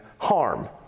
harm